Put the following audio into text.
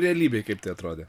realybėj kaip tai atrodė